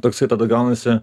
toksai tada gaunasi